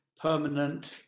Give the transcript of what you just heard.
permanent